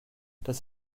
das